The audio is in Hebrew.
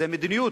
זה מדיניות.